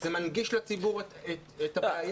זה מנגיש לציבור את הבעיה.